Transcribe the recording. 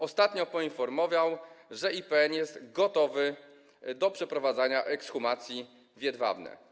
Ostatnio poinformował, że IPN jest gotowy do przeprowadzenia ekshumacji w Jedwabnem.